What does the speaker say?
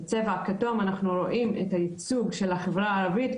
בצבע הכתום אנחנו רואים את הייצוג של החברה הערבית,